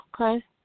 Okay